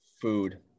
food